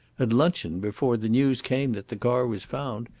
at luncheon, before the news came that the car was found,